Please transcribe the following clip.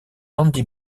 andy